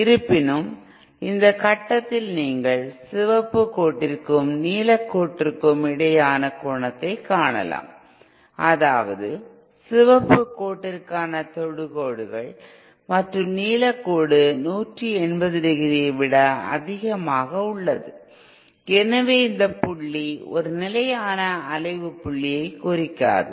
இருப்பினும் இந்த கட்டத்தில் நீங்கள் சிவப்பு கோட்டிற்கும் நீலக்கோட்டிற்கும் இடையிலான கோணத்தைக் காணலாம் அதாவது சிவப்பு கோட்டிற்கான தொடுகோடுகள் மற்றும் நீலக்கோடு 180 டிகிரியை விட அதிகமாக உள்ளது எனவே இந்த புள்ளி ஒரு நிலையான அலைவு புள்ளியைக் குறிக்காது